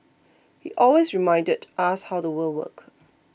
he always reminded us how the world worked